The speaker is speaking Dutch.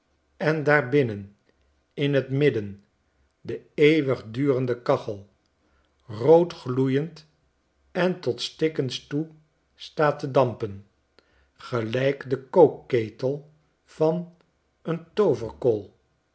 en daarbinnen in t midden de eeuwigdurende kachel roodgloeiend en tot stikkens toe staat te dampen gelijk de kookketel van een